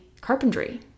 carpentry